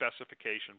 specification